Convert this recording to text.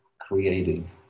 creating